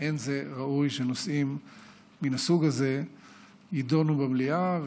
אין זה ראוי שנושאים מן הסוג הזה יידונו במליאה,